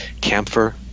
camphor